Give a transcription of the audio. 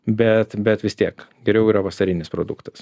bet bet vis tiek geriau yra vasarinis produktas